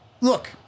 Look